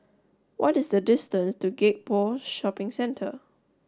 what is the distance to Gek Poh Shopping Centre